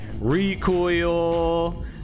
recoil